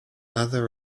other